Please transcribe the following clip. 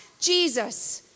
Jesus